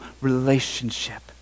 relationship